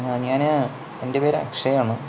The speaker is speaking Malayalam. ഞാന് എൻ്റെ പേര് അക്ഷയ് ആണ്